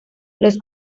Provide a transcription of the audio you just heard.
los